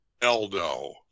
Eldo